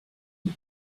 eat